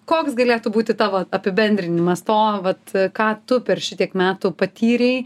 koks galėtų būti tavo apibendrinimas to vat ką tu per šitiek metų patyrei